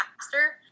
faster